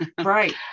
Right